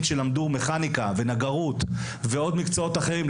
שלמדו מכניקה ונגרות ומקצועות אחרים,